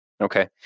Okay